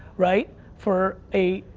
right, for a,